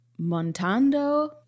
montando